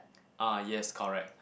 ah yes correct